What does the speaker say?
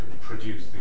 produce